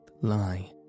lie